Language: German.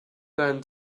deinen